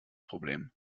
problem